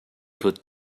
put